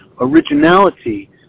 originality